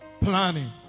planning